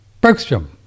Bergstrom